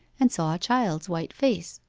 and saw a child's white face.